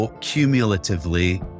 cumulatively